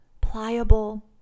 pliable